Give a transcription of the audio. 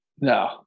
no